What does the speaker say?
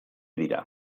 dira